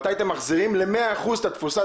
מתי אתם מחזירים למאה אחוז את התפוסה